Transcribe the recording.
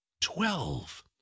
Twelve